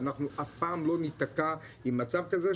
שאנחנו אף פעם לא ניתקע עם מצב כזה,